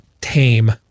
tame